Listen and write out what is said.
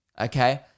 Okay